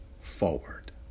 forward